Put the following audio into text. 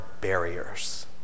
barriers